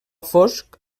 fosc